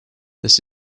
this